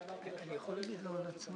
אדוני, אני פחות מכירה את הנושא